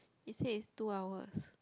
you said is two hours